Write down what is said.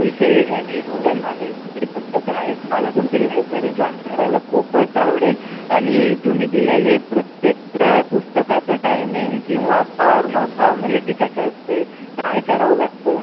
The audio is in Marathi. विषयी आणि एवढ्या नॉलेजची पुस्तकं आहेत मला तुमची लायब्ररी जॉईन करायला खूपच आवडेल आणि तुम्ही दिलेले प्रत्येक पुस्तकाचं टायमिंग किंवा फॉर्म फॉर्मॅलिटी कसं असते काय करावं लागतं